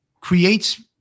creates